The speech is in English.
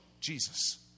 Jesus